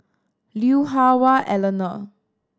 Lui Hah Wah Elena